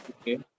okay